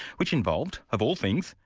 which involved, of all things,